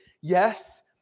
Yes